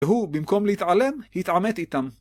והוא - במקום להתעלם - התעמת איתם.